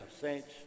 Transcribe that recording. saints